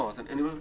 אני אומר לכולם.